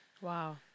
Wow